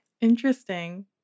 Interesting